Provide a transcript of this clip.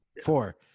Four